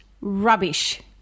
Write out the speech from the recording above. rubbish